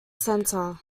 center